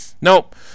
nope